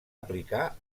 aplicar